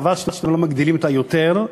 חבל שאתם לא מגדילים אותה יותר.